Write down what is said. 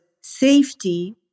safety